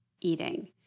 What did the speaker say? eating